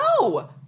No